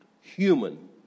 human